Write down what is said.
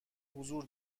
حضور